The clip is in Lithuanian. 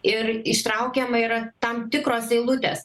ir ištraukiama yra tam tikros eilutės